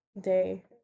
day